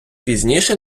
пізніше